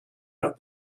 out